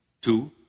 Two